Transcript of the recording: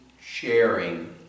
sharing